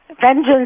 vengeance